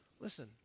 Listen